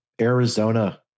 Arizona